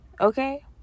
Okay